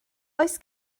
oes